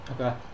Okay